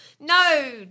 No